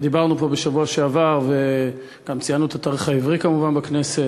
ודיברנו פה בשבוע שעבר וגם ציינו כמובן את התאריך העברי בכנסת.